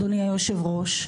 אדוני היו"ר,